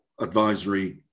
advisory